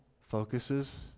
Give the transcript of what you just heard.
focuses